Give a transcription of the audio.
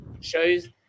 Shows